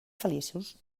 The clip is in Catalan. feliços